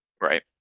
Right